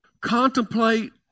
contemplate